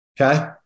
Okay